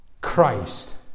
Christ